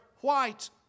white